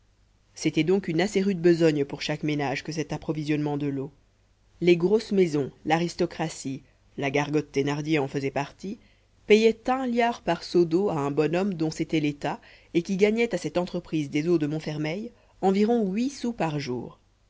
c'était donc une assez rude besogne pour chaque ménage que cet approvisionnement de l'eau les grosses maisons l'aristocratie la gargote thénardier en faisait partie payaient un liard par seau d'eau à un bonhomme dont c'était l'état et qui gagnait à cette entreprise des eaux de montfermeil environ huit sous par jour